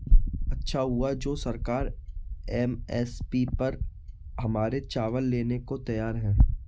अच्छा हुआ जो सरकार एम.एस.पी पर हमारे चावल लेने को तैयार है